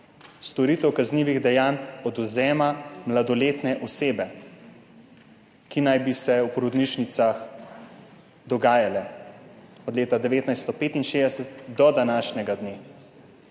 storitev kaznivih dejanj odvzema mladoletne osebe, ki naj bi se v porodnišnicah dogajala od leta 1965 do današnjega dne.